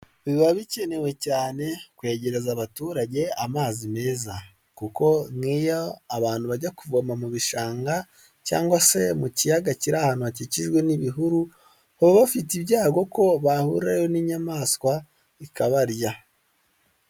Biba bikenewe cyane kwegereza abaturage amazi meza kuko nk'iyo abantu bajya kuvoma mu bishanga cyangwa se mu kiyaga kiri ahantu hakikijwe n'ibihuru baba bafite ibyago ko bahurira n'inyamaswa ikabarya.